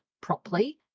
properly